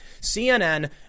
CNN